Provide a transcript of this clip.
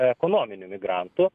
ekonominių migrantų